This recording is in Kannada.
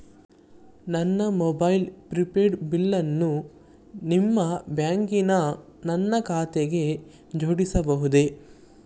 ನನ್ನ ಮೊಬೈಲ್ ಪ್ರಿಪೇಡ್ ಬಿಲ್ಲನ್ನು ನಿಮ್ಮ ಬ್ಯಾಂಕಿನ ನನ್ನ ಖಾತೆಗೆ ಜೋಡಿಸಬಹುದೇ?